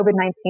COVID-19